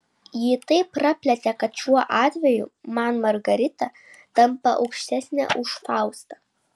jį taip praplėtė kad šiuo atveju man margarita tampa aukštesnė už faustą